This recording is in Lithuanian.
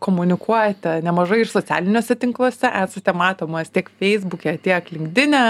komunikuojate nemažai ir socialiniuose tinkluose esate matomas tiek feisbuke tiek linkdine